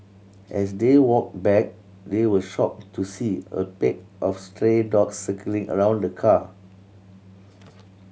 as they walked back they were shocked to see a pack of stray dogs circling around the car